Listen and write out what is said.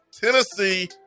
tennessee